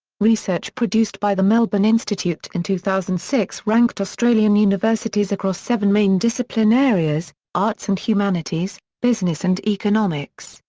research produced by the melbourne institute in two thousand and six ranked australian universities across seven main discipline areas arts and humanities, business and economics,